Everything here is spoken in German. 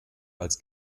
als